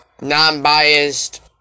non-biased